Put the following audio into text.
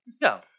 No